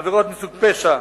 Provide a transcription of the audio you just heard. עבירות מסוג פשע,